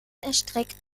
erstreckt